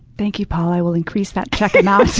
thank you paul, i will increase that check um ah